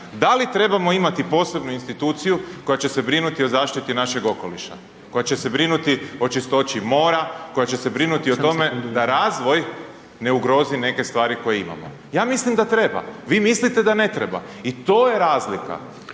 da li trebamo imati posebnu instituciju koja će se brinuti o zaštiti našeg okoliša, koja će se brinuti o čistoći mora, koja će brinuti o tome da razvoj ne ugrozi neke stvari koje imamo. Ja mislim da treba, vi mislite da ne treba i to je razlika,